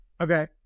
okay